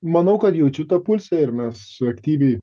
manau kad jaučiu tą pulsą ir mes aktyviai